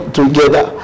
together